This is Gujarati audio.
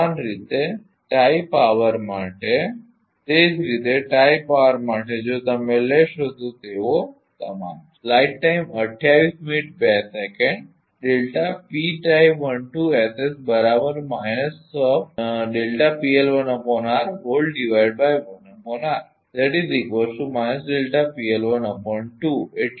સમાન રીતે ટાઇ પાવર માટે તે જ રીતે ટાઇ પાવર માટે જો તમે લેશો તો તેઓ સમાન છે